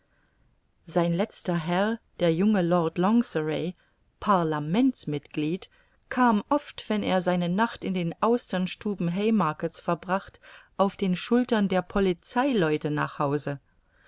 sein letzter herr der junge lord longsserry parlamentsmitglied kam oft wenn er seine nacht in den austernstuben haymarkets verbracht auf den schultern der polizeileute nach hause